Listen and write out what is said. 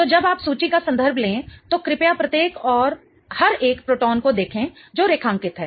तो जब आप सूची का संदर्भ लें तो कृपया प्रत्येक और हर एक प्रोटॉन को देखें जो रेखांकित है